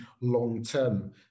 long-term